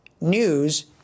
News